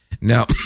Now